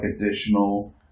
additional